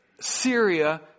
Syria